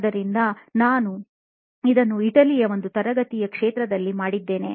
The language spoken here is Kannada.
ಆದ್ದರಿಂದ ನಾನು ಇದನ್ನು ಇಟಲಿಯ ಒಂದು ತರಗತಿಯ ಕ್ಷೇತ್ರದಲ್ಲಿ ಮಾಡಿದ್ದೇನೆ